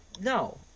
no